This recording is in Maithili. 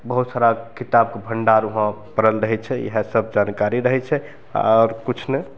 बहुत सारा किताबके भण्डार वहाँ पड़ल रहय छै इएह सब जानकारी रहय छै आओर किछु नहि